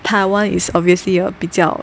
Taiwan is obviously a 比较